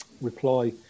reply